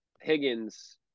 Higgins